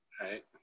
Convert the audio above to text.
Right